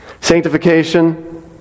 Sanctification